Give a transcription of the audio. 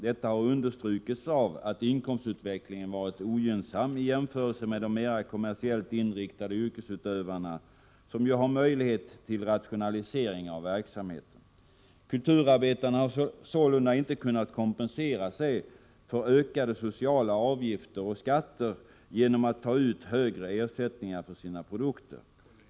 Detta har understrukits av att inkomstutvecklingen varit ogynnsam i jämförelse med de mera kommersiellt inriktade yrkesutövarna, som ju har möjlighet till rationalisering av verksamheten. Kulturarbetarna har sålunda inte kunnat kompensera sig för ökade sociala avgifter och skatter genom att ta ut högre ersättningar för sina produkter.